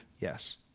yes